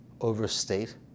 overstate